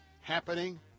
happening